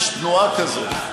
יש תנועה כזאת.